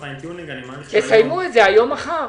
סיימו את זה היום-מחר.